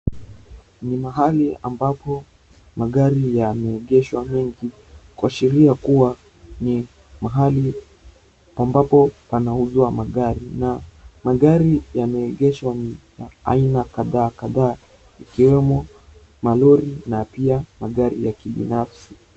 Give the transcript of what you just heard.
Ni mahali ambapo magari yameegeshwa mengi kuashiria kuwa ni mahali ambapo panauzwa magari, na magari yameegeshwa aina kadhaa kadhaa ikiwemo malori na pia magari ya kibinafsi.